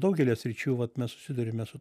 daugelyje sričių vat mes susiduriame su